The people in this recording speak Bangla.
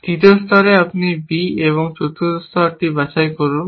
তৃতীয় স্তরে আপনি B এবং চতুর্থ স্তরটি বাছাই করুন